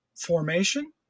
formation